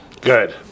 Good